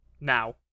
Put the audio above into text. now